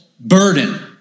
burden